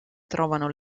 trovano